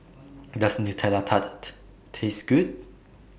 Does Nutella Tart Taste Good